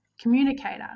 communicator